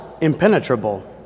impenetrable